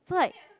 so like